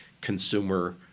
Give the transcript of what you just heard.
consumer